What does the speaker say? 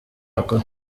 yakora